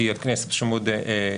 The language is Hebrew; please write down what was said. כי הכנסת פשוט מאוד התפזרה,